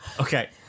okay